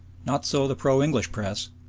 not so the pro-english press.